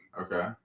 Okay